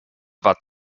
war